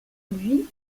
vit